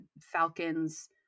Falcons